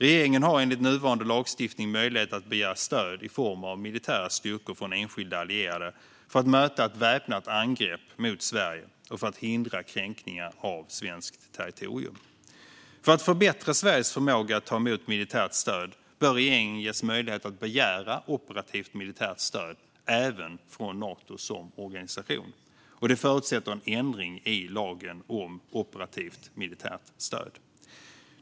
Regeringen har enligt nuvarande lagstiftning möjlighet att begära stöd i form av militära styrkor från enskilda allierade för att möta ett väpnat angrepp mot Sverige och hindra kränkningar av svenskt territorium. För att förbättra Sveriges förmåga att ta emot militärt stöd bör regeringen ges möjlighet att begära operativt militärt stöd även från Nato som organisation. Detta förutsätter en ändring i lagen om operativt militärt stöd.